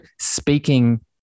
speaking